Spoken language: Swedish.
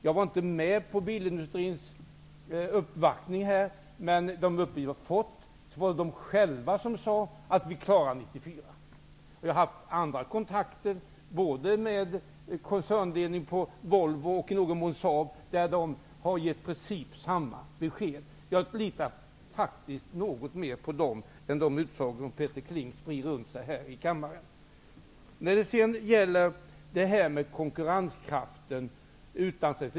Jag var inte med på bilindustrins uppvaktning, men enligt de uppgifter jag har fått var det de själva som sade att de klarar 1994. Jag har haft andra kontakter, både med koncernledningen på Volvo och i någon mån med Saab, och de har givit i princip samma besked. Jag litar något mer på dem än på Peter Kling och de utsagor som han sprider här i kammaren. Sedan gällde det konkurrenskraften.